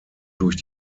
durch